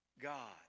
God